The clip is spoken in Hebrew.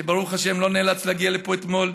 שברוך השם לא נאלץ להגיע לפה אתמול.